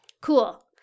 Cool